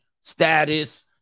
status